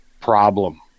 problem